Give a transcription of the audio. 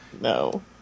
no